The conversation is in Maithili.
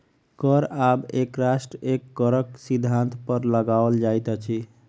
कर आब एक राष्ट्र एक करक सिद्धान्त पर लगाओल जाइत अछि